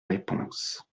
réponse